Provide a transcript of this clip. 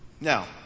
Now